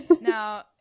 Now